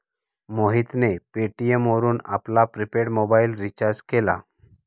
मोहितने पेटीएम वरून आपला प्रिपेड मोबाइल रिचार्ज केला